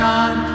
God